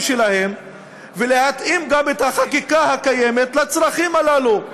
שלהם ולהתאים גם את החקיקה הקיימת לצרכים הללו.